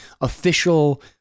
official